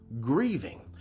grieving